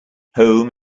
home